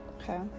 Okay